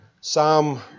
Psalm